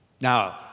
Now